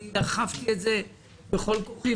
אני דחפתי את זה בכל כוחי.